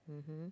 mmhmm